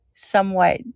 somewhat